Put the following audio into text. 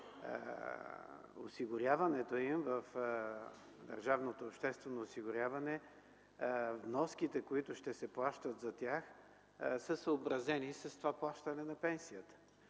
осигуряването на тези хора в държавното обществено осигуряване вноските, които ще се плащат за тях, са съобразени с плащането на пенсията?